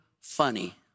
funny